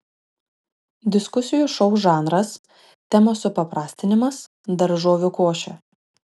diskusijų šou žanras temos supaprastinimas daržovių košė